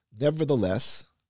Nevertheless